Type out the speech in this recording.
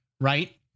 Right